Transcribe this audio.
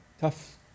tough